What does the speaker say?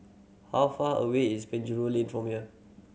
how far away is Penjuru Lane from here